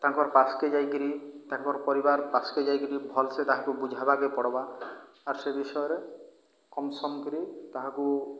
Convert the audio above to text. ତାଙ୍କର ପାଶକୁ ଯାଇକରି ତାଙ୍କର ପରିବାର ପାଶକୁ ଯାଇକରି ଭଲସେ ତାହାକୁ ବୁଝାଇବାକୁ ପଡ଼ିବ ଆର୍ ସେ ବିଷୟରେ କମ୍ ସମ୍ କରି ତାହାକୁ